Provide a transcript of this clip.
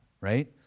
right